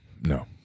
no